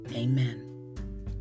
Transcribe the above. Amen